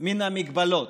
מן המגבלות,